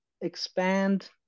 expand